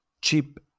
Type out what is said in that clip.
Cheap